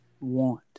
Want